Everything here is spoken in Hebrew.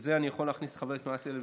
שאת זה אני יכול להכניס, חבר הכנסת מקלב,